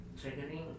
triggering